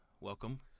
Welcome